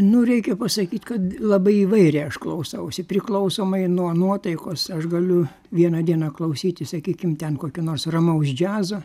nu reikia pasakyt kad labai įvairią aš klausausi priklausomai nuo nuotaikos aš galiu vieną dieną klausyti sakykim ten kokio nors ramaus džiazo